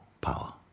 power